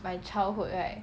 my childhood right